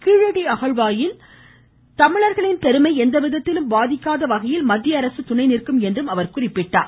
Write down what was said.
கீழடி அகழ்வாய்வில் தமிழர்களின் பெருமை எவ்விதத்திலும் பாதிக்காத வகையில் மத்திய அரசு துணை நிற்கும் என்றும் அவர் குறிப்பிட்டார்